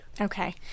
Okay